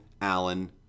Allen